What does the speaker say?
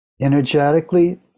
energetically